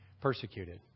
persecuted